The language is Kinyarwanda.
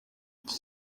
iki